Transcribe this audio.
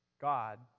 God